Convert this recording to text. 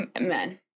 men